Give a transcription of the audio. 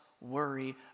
worry